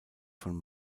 von